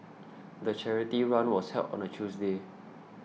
the charity run was held on a Tuesday